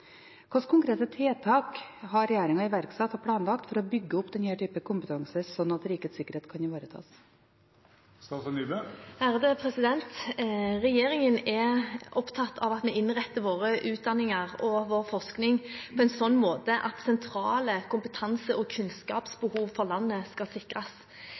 kompetanse slik at rikets sikkerhet ivaretas?» Regjeringen er opptatt av at vi innretter våre utdanninger og vår forskning på en slik måte at sentrale kompetanse- og kunnskapsbehov for landet sikres.